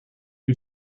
who